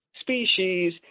species